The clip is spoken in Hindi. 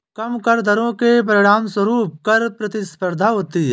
कम कर दरों के परिणामस्वरूप कर प्रतिस्पर्धा होती है